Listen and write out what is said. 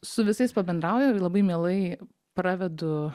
su visais pabendrauja ir labai mielai pravedu